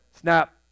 Snap